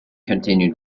continued